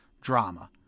drama